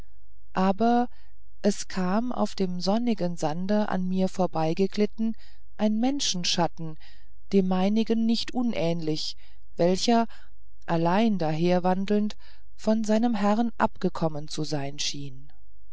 aber es kam auf dem sonnigen sande an mir vorbei geglitten ein menschenschatten dem meinigen nicht unähnlich welcher allein daher wandelnd von seinem herrn abgekommen zu sein schien